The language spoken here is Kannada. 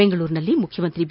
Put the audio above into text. ದೆಂಗಳೂರಿನಲ್ಲಿ ಮುಖ್ಯಮಂತ್ರಿ ಬಿ